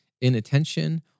inattention